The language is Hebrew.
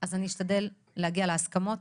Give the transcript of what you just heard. אז אני אשתדל להגיע להסכמות